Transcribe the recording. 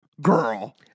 Girl